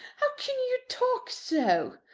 how can you talk so?